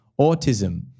autism